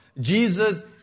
Jesus